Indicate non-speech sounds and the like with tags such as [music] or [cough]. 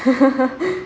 [laughs]